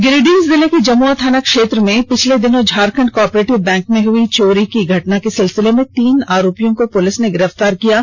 गिरिडीह जिले के जमुआ थाना क्षेत्र में पिछले दिनों झारखण्ड को ओपरेटिव बैंक में हुई चोरी की घटना के सिलसिले में तीन आरोपियों को गिरफ्तार किया गया है